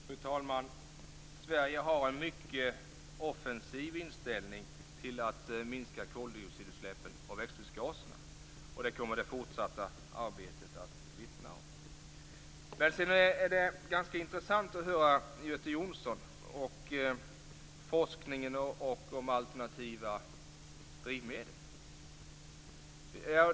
Fru talman! Sverige har en mycket offensiv inställning till att minska koldioxidutsläppen och växthusgaserna. Det kommer det fortsatta arbetet att vittna om. Det är ganska intressant att höra Göte Jonsson om forskningen om alternativa drivmedel.